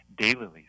Daylilies